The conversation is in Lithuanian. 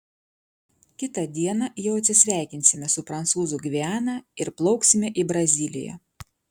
kitą dieną jau atsisveikinsime su prancūzų gviana ir plauksime į braziliją